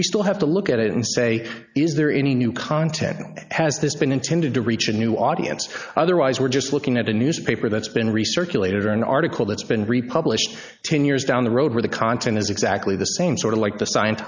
we still have to look at it and say is there any new content has this been intended to reach a new audience otherwise we're just looking at a newspaper that's been researching later an article that's been republished ten years down the road where the content is exactly the same sort of like the scien